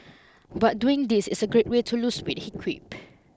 but doing this is a great way to lose weight he quipped